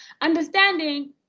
understanding